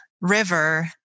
river